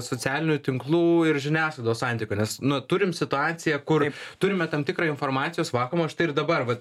socialinių tinklų ir žiniasklaidos santykio nes nu turim situaciją kur turime tam tikrą informacijos vakuumą štai ir dabar vat